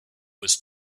was